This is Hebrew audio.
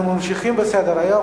אנחנו ממשיכים בסדר-היום,